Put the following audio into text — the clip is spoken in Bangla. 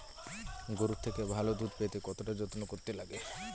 গরুর থেকে ভালো দুধ পেতে কতটা যত্ন করতে লাগে